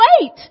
wait